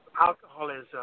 alcoholism